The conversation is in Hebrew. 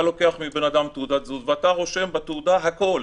אתה לוקח מבן-אדם תעודת זהות ואתה רושם בתעודה הכול,